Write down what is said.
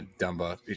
Dumba